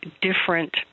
different